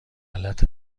غلط